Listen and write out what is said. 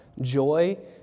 joy